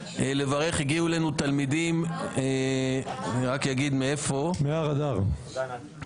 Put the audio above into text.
אלינו תלמידים מבית ספר ברנקו וייס מבית שמש.